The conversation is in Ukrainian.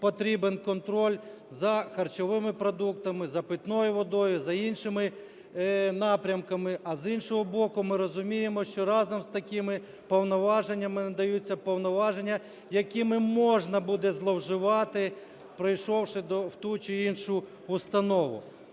потрібен контроль за харчовими продуктами, за питною водою і за іншими напрямками; а з іншого боку, ми розуміємо, що разом з такими повноваженнями надаються повноваження, якими можна буде зловживати, прийшовши в ту чи іншу установу.